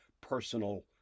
personal